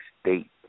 state